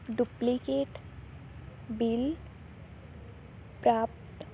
duplicate bill ਪ੍ਰਾਪਤ